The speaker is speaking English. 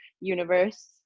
universe